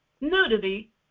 nudity